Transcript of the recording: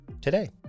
today